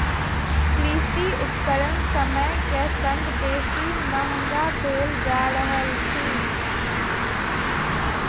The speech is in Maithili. कृषि उपकरण समय के संग बेसी महग भेल जा रहल अछि